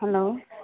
hello